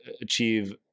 achieve